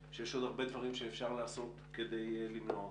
שיש עוד הרבה דברים שאפשר לעשות כדי למנוע אותו.